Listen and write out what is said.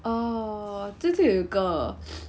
oh 最近有一个